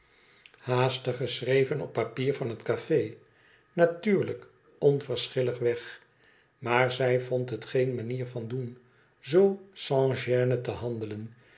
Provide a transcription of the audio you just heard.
haastig geschreven op papier van het cafe natuurlijk onverschilhg weg maar zij vond het geen manier van doen zoo sansgene te handelen